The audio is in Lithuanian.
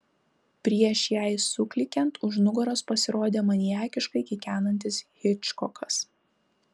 prieš jai suklykiant už nugaros pasirodė maniakiškai kikenantis hičkokas